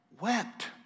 wept